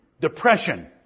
depression